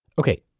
okay,